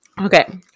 Okay